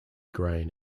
grain